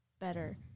better